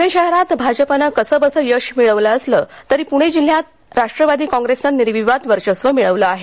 प्णे शहरात भाजपानं कसंबसं यश मिळवलं असलं तरी प्णे जिल्ह्यात राष्ट्रवादी कॉग्रेसनं निर्विवाद वर्चस्व मिळवलं आहे